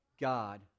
God